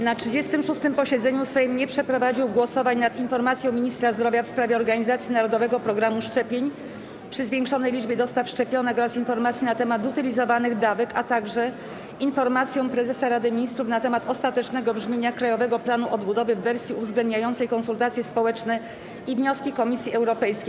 Na 36. posiedzeniu Sejm nie przeprowadził głosowań nad: - Informacją Ministra Zdrowia w sprawie organizacji Narodowego Programu Szczepień przy zwiększonej liczbie dostaw szczepionek oraz informacji na temat zutylizowanych dawek, - Informacją Prezesa Rady Ministrów na temat ostatecznego brzmienia Krajowego Planu Odbudowy w wersji uwzględniającej konsultacje społeczne i wnioski Komisji Europejskiej.